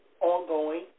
ongoing